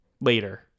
Later